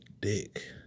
dick